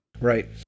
Right